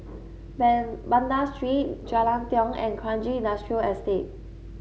Ben Banda Street Jalan Tiong and Kranji Industrial Estate